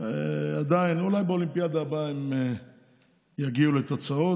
אולי באולימפיאדה הבאה הם יגיעו לתוצאות.